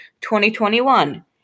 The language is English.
2021